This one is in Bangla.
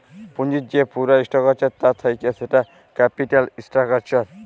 পুঁজির যে পুরা স্ট্রাকচার তা থাক্যে সেটা ক্যাপিটাল স্ট্রাকচার